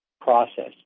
process